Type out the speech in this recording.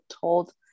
told